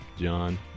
John